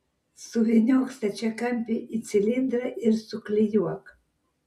suvyniok stačiakampį į cilindrą ir suklijuok